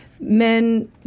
men